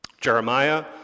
Jeremiah